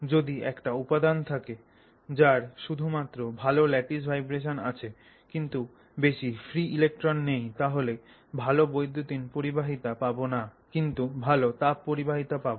যদি একটা উপাদান থাকে যার শুধু মাত্র ভালো ল্যাটিস ভাইব্রেশন আছে কিন্তু বেশি ফ্রি ইলেক্ট্রন নেই তাহলে ভালো বৈদ্যুতিন পরিবাহিতা পাবো না কিন্তু ভালো তাপ পরিবাহিতা পাবো